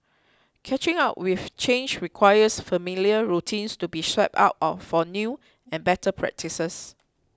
catching up with change requires familiar routines to be swapped out for new and better practices